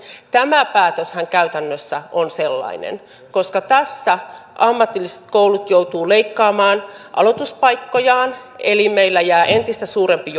tämä päätöshän käytännössä on sellainen koska tässä ammatilliset koulut joutuvat leikkaamaan aloituspaikkojaan eli meillä jää entistä suurempi